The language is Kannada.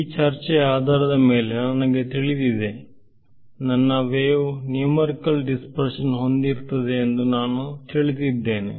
ಈ ಚರ್ಚೆಯ ಆಧಾರದ ಮೇಲೆ ನನಗೆ ತಿಳಿದಿದೆ ನನ್ನ ವೇವ್ ನ್ಯೂಮರಿಕಲ್ ದಿಸ್ಪರ್ಶನ್ ಹೊಂದಿರುತ್ತದೆ ಎಂದು ನಾನು ತಿಳಿದಿದ್ದೇನೆ